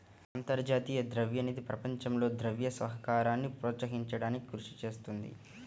అంతర్జాతీయ ద్రవ్య నిధి ప్రపంచంలో ద్రవ్య సహకారాన్ని ప్రోత్సహించడానికి కృషి చేస్తుంది